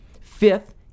Fifth